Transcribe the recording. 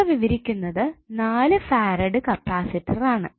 ഇവ വിവരിക്കുക 4 farad capacitor ആണ്